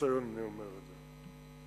אני אומר את זה מניסיון.